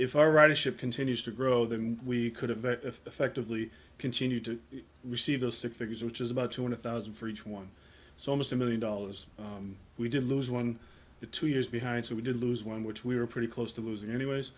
if i ride a ship continues to grow than we could have effectively continued to receive the six figures which is about two hundred thousand for each one so almost a million dollars we did lose one to two years behind so we did lose one which we're pretty close to losing anyways